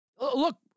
look